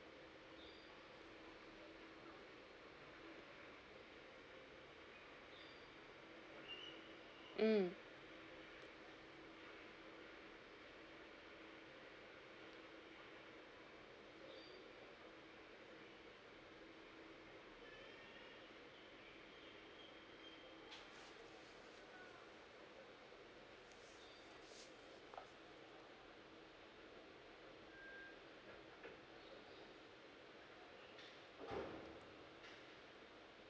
mm